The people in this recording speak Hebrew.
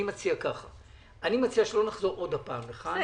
אני מציע שלא נחזור לכאן שוב.